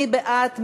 מי בעד?